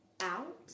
out